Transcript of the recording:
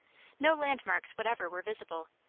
no landmarks whatever were visible,